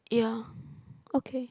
yeah okay